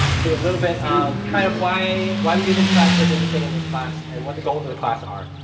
to a little bit of kind of why why we did this fast, what's interesting in this class, and what the goals of the class are.